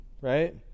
right